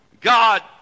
god